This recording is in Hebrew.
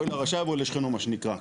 אוי לרשע ואוי לשכנו, מה שנקרא.